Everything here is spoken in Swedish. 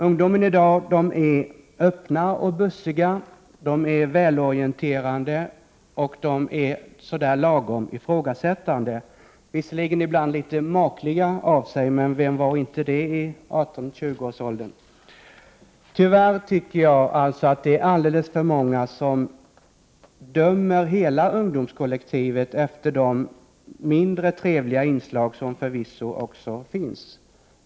Ungdomarna i dag är öppna och bussiga, välorienterade och lagom ifrågasättande. Visserligen är de ibland litet makliga av sig. Men vem var inte det i 18-20-årsåldern? Jag tycker att det tyvärr är alldeles för många som dömer hela ungdomskollektivet efter de mindre trevliga inslag som förvisso också finns.